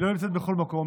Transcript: היא לא נמצאת בכל מקום,